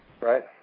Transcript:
Right